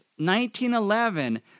1911